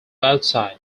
outside